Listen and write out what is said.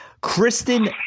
Kristen